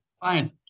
Fine